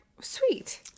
sweet